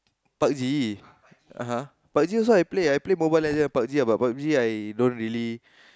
Pub G [uh huh] Pub G also I Play I play Mobile Legend and Pub-G ah but Pub-G I don't really